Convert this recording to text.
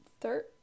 third